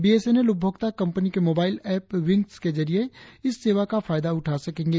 B S N L उपभोक्ता company के mobile app Wings के जरिए इस सेवा का फायदा उठा सकेंगे